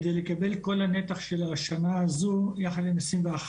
על מנת לקבל את כל הנתח של השנה הזו יחד עם 2021,